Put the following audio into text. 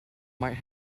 might